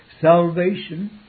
Salvation